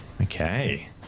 Okay